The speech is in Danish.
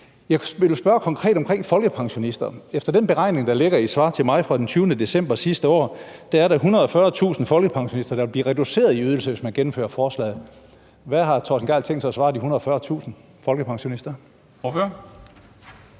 Jeg vil spørge konkret omkring folkepensionisterne. Efter den beregning, der ligger i svar til mig fra den 20. december sidste år, er der 140.000 folkepensionister, der vil blive reduceret i ydelse, hvis man gennemfører forslaget. Hvad har hr. Torsten Gejl tænkt sig at svare de 140.000 folkepensionister? Kl.